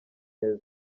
cyane